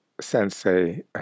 Sensei